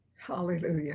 Hallelujah